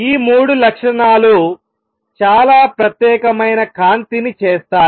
ఈ మూడు లక్షణాలు చాలా ప్రత్యేకమైన కాంతిని చేస్తాయి